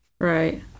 Right